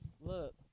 look